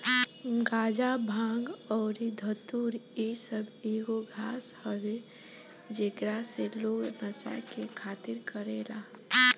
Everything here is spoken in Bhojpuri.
गाजा, भांग अउरी धतूर इ सब एगो घास हवे जेकरा से लोग नशा के खातिर करेले